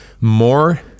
more